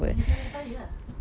ada humidifier lah